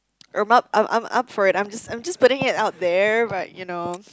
I'm up I'm I'm up for it I'm just I'm just putting it out there but you know